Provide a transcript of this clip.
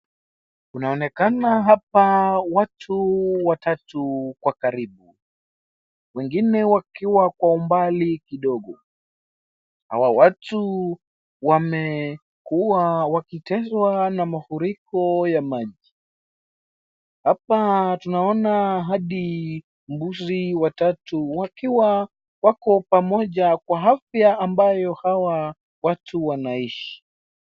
Kunaonekana hapa watu watatu kwa karibu, wengine wakiwa kwa umbali kidogo. Hawa watu wamekuwa wakiteswa na mafuriko ya maji. Hapa tunaona hadi mbuzi watatu wakiwa wako pamoja kwa hafia ambayo hawa watu wanaishi.